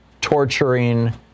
torturing